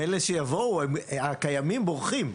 מילא שלא יבואו הקיימים בורחים.